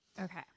okay